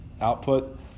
output